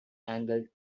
angled